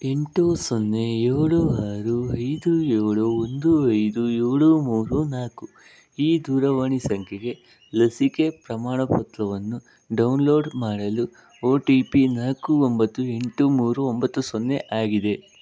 ಎಂಟು ಸೊನ್ನೆ ಏಳು ಆರು ಐದು ಏಳು ಒಂದು ಐದು ಏಳು ಮೂರು ನಾಲ್ಕು ಈ ದೂರವಾಣಿ ಸಂಖ್ಯೆಗೆ ಲಸಿಕೆ ಪ್ರಮಾಣಪತ್ರವನ್ನು ಡೌನ್ಲೋಡ್ ಮಾಡಲು ಒ ಟಿ ಪಿ ನಾಲ್ಕು ಒಂಬತ್ತು ಎಂಟು ಮೂರು ಒಂಬತ್ತು ಸೊನ್ನೆ ಆಗಿದೆ